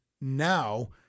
now